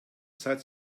zeit